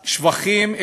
בשבחים,